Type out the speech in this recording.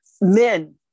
Men